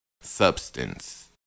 substance